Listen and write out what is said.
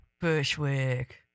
Bushwick